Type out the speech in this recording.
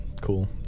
Cool